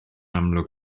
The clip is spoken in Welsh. amlwg